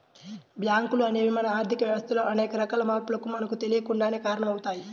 బ్యేంకులు అనేవి మన ఆర్ధిక వ్యవస్థలో అనేక రకాల మార్పులకు మనకు తెలియకుండానే కారణమవుతయ్